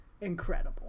incredible